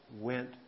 went